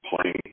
playing